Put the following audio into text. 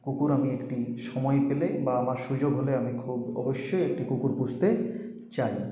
কুকুর আমি একটি সময় পেলেই বা আমার সুযোগ হলে আমি খুব অবশ্যই একটি কুকুর পুষতে চাই